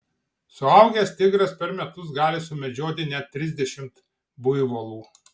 suaugęs tigras per metus gali sumedžioti net trisdešimt buivolų